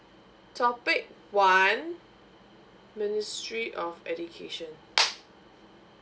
topic one ministry of education